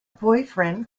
boyfriend